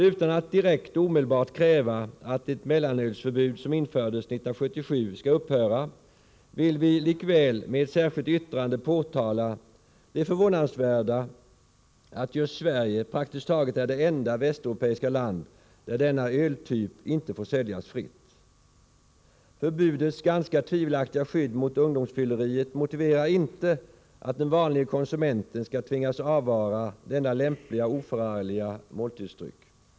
Utan att direkt och omedelbart kräva att det mellanölsförbud som infördes 1977 skall upphöra, vill vi likväl med ett särskilt yttrande påtala det förvånansvärda att just Sverige praktiskt taget är det enda västeuropeiska land där denna öltyp inte får säljas fritt. Förbudets ganska tvivelaktiga skydd mot ungdomsfylleriet motiverar inte att den vanlige konsumenten skall tvingas avvara denna lämpliga och oförargliga måltidsdryck.